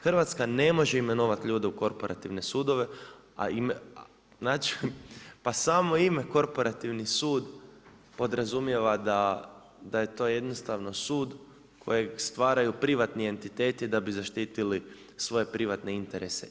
Hrvatska ne može imenovati ljudi u korporativne sudove, pa samo ime korporativni sud podrazumijeva da je to jednostavno sud kojeg stvaraju privatni entiteti da bi zaštitili svoje privatne interese.